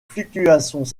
fluctuations